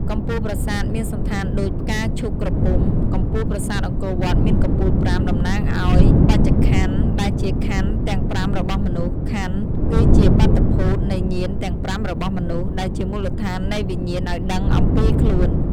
កំពូលប្រាសាទ មានសណ្ឋានដូចផ្កាឈូកក្រពុំ កំពូលប្រាសាទអង្គរវត្ត មានកំពូលប្រាំ តំណាងឱ្យបញ្ចក្ខន្ធ ដែលជាក្ខន្ធទាំង៥របស់មនុស្ស "ក្ខន្ធ" គឺជាបាតុភូត នៃញាណ ទាំង៥ របស់មនុស្ស ដែលជាមូលដ្ឋាននៃវិញ្ញាណឱ្យដឹងអំពីខ្លួន ។